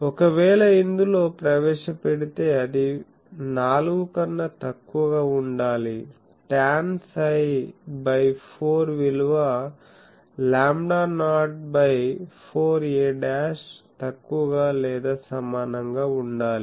ఒకవేళ ఇందులో ప్రవేశపెడితే అది 4 కన్నా తక్కువగా ఉండాలి ట్యాన్ సై బై 4 విలువ లాంబ్డానాట్ బై 4 a తక్కువగా లేదా సమానంగా ఉండాలి